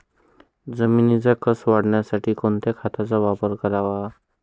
जमिनीचा कसं वाढवण्यासाठी कोणत्या खताचा वापर करावा?